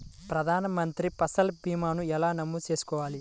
ప్రధాన మంత్రి పసల్ భీమాను ఎలా నమోదు చేసుకోవాలి?